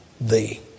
thee